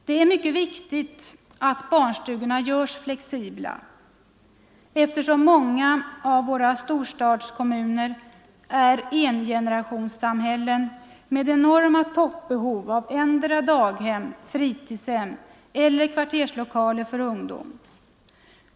Det är mycket viktigt att barnstugorna görs flexibla, eftersom många av våra storstadskommuner är engenerationssamhällen med enorma toppbehov av endera daghem, fritidshem eller kvarterslokaler för ungdom.